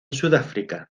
sudáfrica